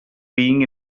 being